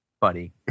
buddy